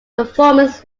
performance